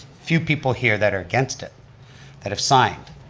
few people here that are against it that have signed,